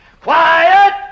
Quiet